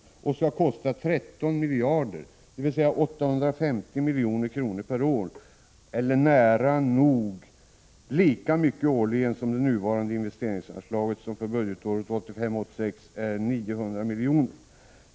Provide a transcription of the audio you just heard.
Dessa byggen skall kosta 13 miljarder, dvs. 850 milj.kr. per år eller nära nog lika mycket årligen som det nuvarande investeringsanslaget för budgetåret 1985/86, vilket uppgår till 900 milj.kr.